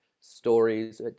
stories